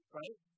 right